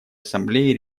ассамблеей